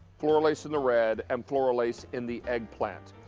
floral lace in the red. and floral lace in the eggplant.